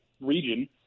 region